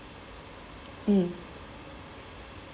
mm